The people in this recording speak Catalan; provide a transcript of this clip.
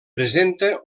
presenta